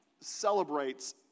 celebrates